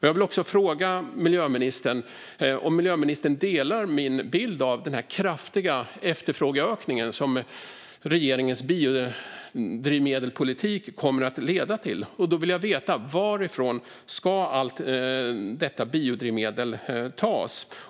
Jag vill också fråga miljöministern om han delar min bild när det gäller den kraftiga efterfrågeökning som regeringens biodrivmedelspolitik kommer att leda till. Jag vill veta varifrån allt detta biodrivmedel ska tas.